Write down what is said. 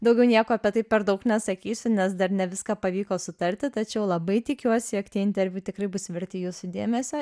daugiau nieko apie tai per daug nesakysiu nes dar ne viską pavyko sutarti tačiau labai tikiuosi jog tie interviu tikrai bus verti jūsų dėmesio